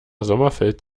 sommerfeld